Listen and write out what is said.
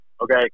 Okay